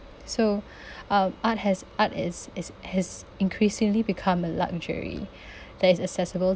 so uh art has art is is has increasingly become a luxury that is accessible